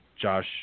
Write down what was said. Josh